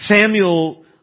Samuel